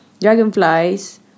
Dragonflies